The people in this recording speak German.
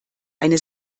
eine